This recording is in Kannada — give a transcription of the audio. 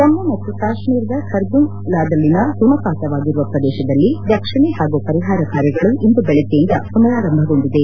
ಜಮ್ನು ಮತ್ತು ಕಾಶ್ಮೀರದ ಖರ್ದುಂಗ್ ಲಾದಲ್ಲಿನ ಹಿಮಪಾತವಾಗಿರುವ ಪ್ರದೇಶದಲ್ಲಿ ರಕ್ಷಣೆ ಹಾಗೂ ಪರಿಹಾರ ಕಾರ್ಯಗಳು ಇಂದು ಬೆಳಗ್ಗೆಯಿಂದ ಪುನರಾರಂಭಗೊಂಡಿದೆ